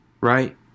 right